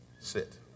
sit